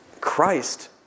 Christ